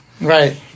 Right